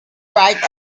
write